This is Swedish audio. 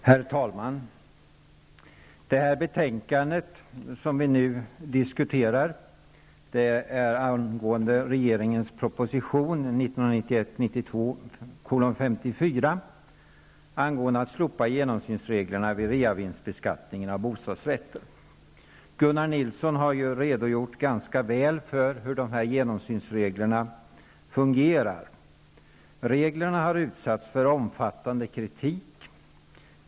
Herr talman! Det betänkande som vi nu diskuterar gäller regeringens proposition 1991/92:54 om att slopa genomsynsreglerna vid reavinstbeskattningen av bostadsrätter. Gunnar Nilsson har ganska väl redogjort för hur reglerna fungerar. Reglerna har utsatts för omfattande kritik.